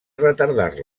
retardar